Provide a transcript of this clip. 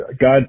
god